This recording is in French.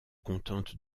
contente